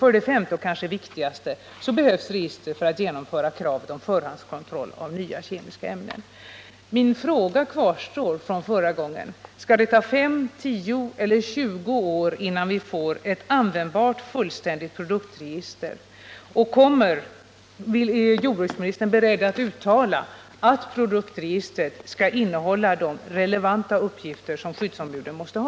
För det femte kan man — och det är kanske det viktigaste — behöva registret för att genomföra krav på förhandskontroll av nya kemiska ämnen. Min fråga från mitt föregående anförande kvarstår: Skall det ta 5, 10 eller 20 år innan vi får ett färdigt och användbart produktregister och är jordbruks ministern beredd att uttala att produktregistret skall innehålla de relevanta uppgifter som skyddsombuden måste ha?